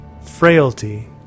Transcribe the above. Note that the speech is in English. Frailty